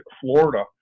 Florida